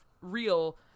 real